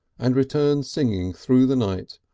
and return singing through the night,